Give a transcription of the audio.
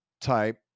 type